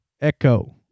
Echo